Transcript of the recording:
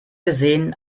gesehen